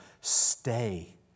stay